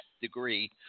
degree